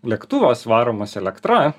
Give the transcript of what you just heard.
lėktuvas varomas elektra